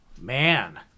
man